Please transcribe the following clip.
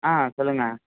ஆ சொல்லுங்கள்